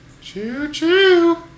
Choo-choo